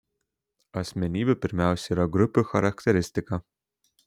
asmenybė pirmiausia yra grupių charakteristika